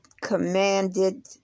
commanded